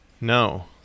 No